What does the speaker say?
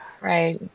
Right